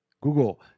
Google